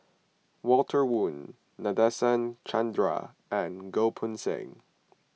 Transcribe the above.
Walter Woon Nadasen Chandra and Goh Poh Seng